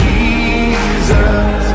Jesus